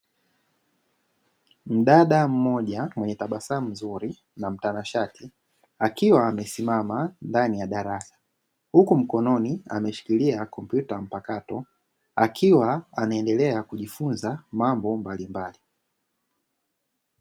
Mdada mmoja mwenye tabasamu zuri na mtanashati akiwa amesimama ndani ya darasa huku mkononi ameshikilia kompyuta mpakato akiwa anaendelea kujifunza mambo mbalimbali .